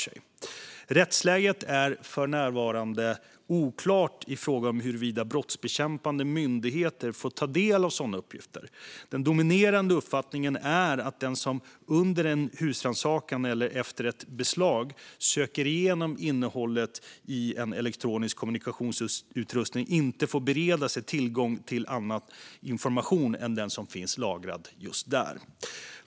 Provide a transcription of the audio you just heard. Modernare regler för användningen av tvångsmedel Rättsläget är för närvarande oklart i fråga om huruvida brottsbekämpande myndigheter får ta del av sådana uppgifter. Den dominerande uppfattningen är att den som under en husrannsakan eller efter ett beslag söker igenom innehållet i en elektronisk kommunikationsutrustning inte får bereda sig tillgång till annan information än den som finns lagrad just där.